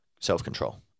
self-control